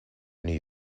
new